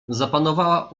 zapanowała